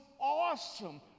awesome